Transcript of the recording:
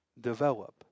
develop